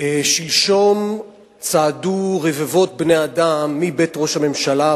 שלשום צעדו רבבות בני-אדם מבית ראש הממשלה,